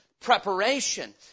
preparation